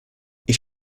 ich